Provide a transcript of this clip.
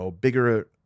bigger